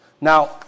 Now